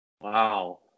Wow